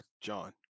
John